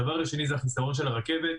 הדבר השני זה החיסרון של הרכבת.